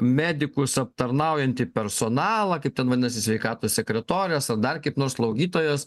medikus aptarnaujantį personalą kaip ten vadinasi sveikatos sekretorės ar dar kaip nors slaugytojos